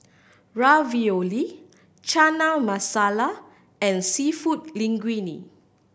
Ravioli Chana Masala and Seafood Linguine